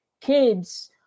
kids